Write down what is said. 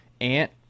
Ant